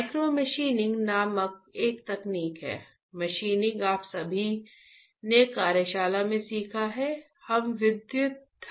micromachining नामक एक तकनीक है मशीनिंग आप सभी ने कार्यशाला में सीखा है